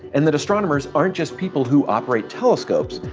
and that astronomers aren't just people who operate telescopes,